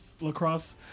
lacrosse